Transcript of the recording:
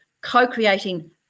co-creating